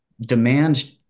demand